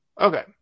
Okay